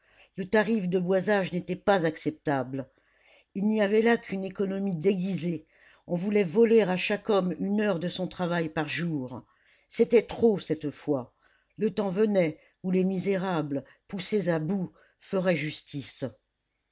le tarif de boisage n'était pas acceptable il n'y avait là qu'une économie déguisée on voulait voler à chaque homme une heure de son travail par jour c'était trop cette fois le temps venait où les misérables poussés à bout feraient justice